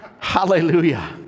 hallelujah